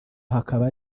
hakaba